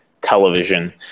television